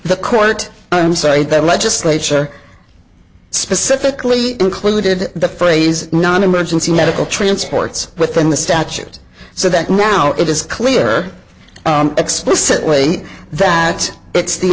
the court i'm sorry the legislature specifically included the phrase non emergency medical transports within the statute so that now it is clear explicitly that it's the